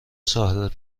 ساحل